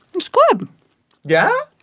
it's good yeah